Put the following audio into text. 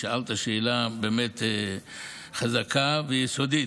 שאלת שאלה באמת חזקה ויסודית,